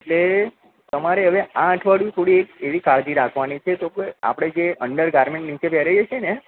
એટલે તમારે હવે આ અઠવાડિયું થોડી એક એવી કાળજી રાખવાની છે જો કે આપણે જે અન્ડરગારમેન્ટ નીચે પહેરીએ છે ને